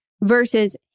versus